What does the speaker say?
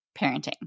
parenting